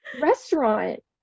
restaurant